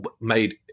made